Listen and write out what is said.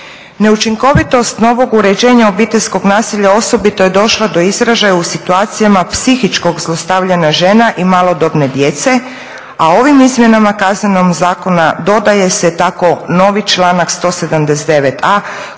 Neučinkovitost novog uređenja obiteljskog nasilja osobito je došlo do izražaja u situacijama psihičkog zlostavljanja žena i malodobne djece a ovim Izmjenama Kaznenog zakona dodaje se tako novi članak 179.a